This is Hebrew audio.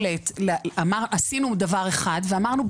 עשינו דבר אחד ואמרנו,